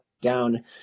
down